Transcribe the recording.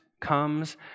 comes